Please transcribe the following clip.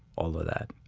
all of that.